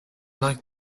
like